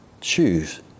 choose